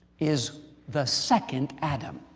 is the second adam.